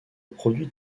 produit